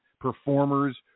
performers